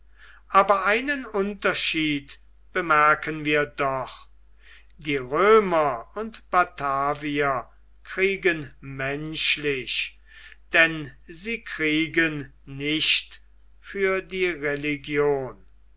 aber einen unterschied bemerken wir doch die römer und batavier kriegen menschlich denn sie kriegen nicht für die religion